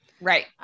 right